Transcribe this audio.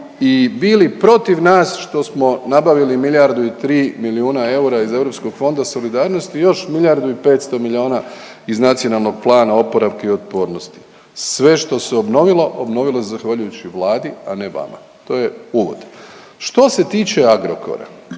i bili protiv nas što smo nabavili milijardu i 3 milijuna eura iz Europskog fonda solidarnosti i još milijardu i 500 miliona iz Nacionalnog plana oporavka i otpornosti. Sve što se obnovilo obnovilo se zahvaljujući Vladi, a ne vama. To je uvod. Što se tiče Agrokora,